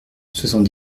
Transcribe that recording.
soixante